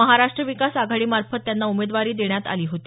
महाराष्ट्र विकास आघाडीमार्फत त्यांना उमेदवारी देण्यात आली होती